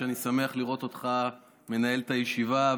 שאני שמח לראות אותך מנהל את הישיבה,